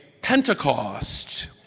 Pentecost